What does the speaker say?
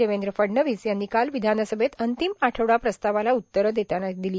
देवेंद्र फडणवीस यांनी काल विघानसभेत अंतिम आठवडा प्रस्तावाला उत्तर देताना दिली